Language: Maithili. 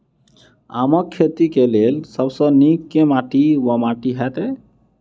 आमक खेती केँ लेल सब सऽ नीक केँ माटि वा माटि हेतै?